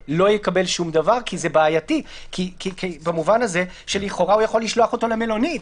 שלנו, כדי למצוא לזה הגדרות נכונות.